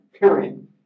Period